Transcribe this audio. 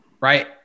right